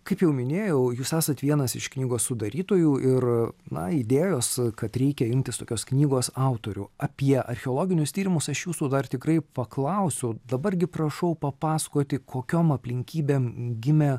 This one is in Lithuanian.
kaip jau minėjau jūs esat vienas iš knygos sudarytojų ir na idėjos kad reikia imtis tokios knygos autorių apie archeologinius tyrimus aš jūsų dar tikrai paklausiu dabar gi prašau papasakoti kokiom aplinkybėm gimė